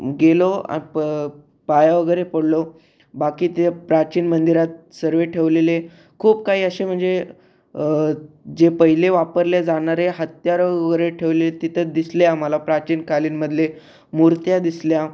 गेलो अ प पाया वगैरे पडलो बाकी ते प्राचीन मंदिरात सर्व ठेवलेले खूप काही असे म्हणजे जे पहिले वापरले जाणारे हत्यारं वगैरे ठेवले तिथे दिसले आम्हाला प्राचीन कालीनमधले मूर्त्या दिसल्या